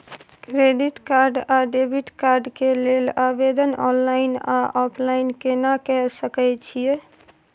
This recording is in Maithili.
क्रेडिट कार्ड आ डेबिट कार्ड के लेल आवेदन ऑनलाइन आ ऑफलाइन केना के सकय छियै?